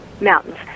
mountains